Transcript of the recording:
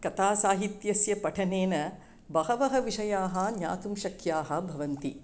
कथासाहित्यस्य पठनेन बहवः विषयाः ज्ञातुं शक्याः भवन्ति